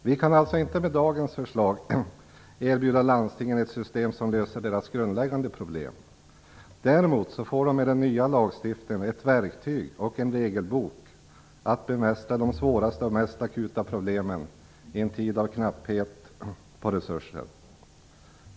Vi kan alltså inte med dagens förslag erbjuda landstingen ett system som löser deras grundläggande problem. Däremot får de med den nya lagstiftningen en regelbok när det gäller att bemästra de svåraste och mest akuta problemen i en tid av knapphet på resurser.